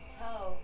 toe